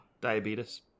diabetes